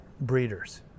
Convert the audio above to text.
breeders